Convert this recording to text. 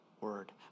Word